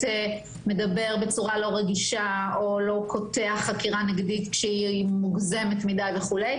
שמדבר בצורה לא רגישה או לא קוטע חקירה נגדית כשהיא מוגזמת מדיי וכו'.